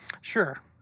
Sure